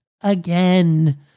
again